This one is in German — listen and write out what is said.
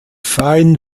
fein